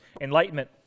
enlightenment